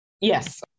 Yes